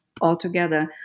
altogether